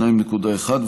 2.1,